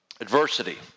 adversity